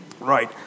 Right